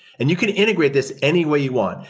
and you can integrate this any way you want.